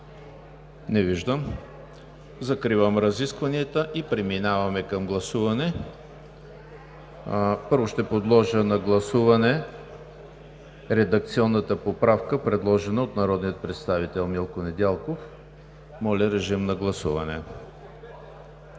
Не виждам. Закривам разискванията и преминаваме към гласуване. Първо, ще подложа на гласуване редакционната поправка, предложена от народния представител Милко Недялков. Гласували